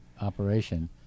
operation